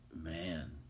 Man